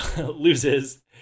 loses